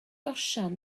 osian